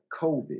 COVID